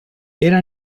era